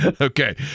Okay